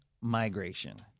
migration